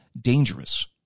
dangerous